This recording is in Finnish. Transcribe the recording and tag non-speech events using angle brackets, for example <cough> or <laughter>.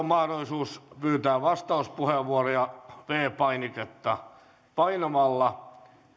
<unintelligible> mahdollisuus pyytää vastauspuheenvuoroja viides painiketta painamalla